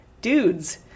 dudes